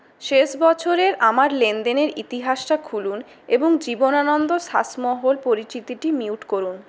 শেষ বছর এর আমার লেনদেনের ইতিহাসটা খুলুন এবং জীবনানন্দ শাসমল পরিচিতিটি মিউট করুন